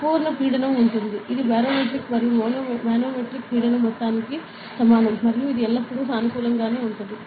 సంపూర్ణ పీడనం ఉంది ఇది బారోమెట్రిక్ మరియు మనోమెట్రిక్ ప్రెషర్ మొత్తానికి సమానం మరియు ఇది ఎల్లప్పుడూ సానుకూలంగా ఉంటుంది